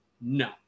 No